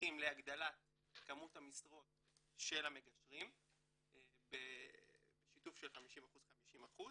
שהולכים להגדלת כמות המשרות של המגשרים בשיתוף של 50%-50%,